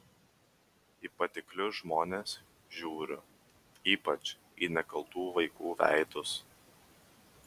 į patiklius žmones žiūriu ypač į nekaltų vaikų veidus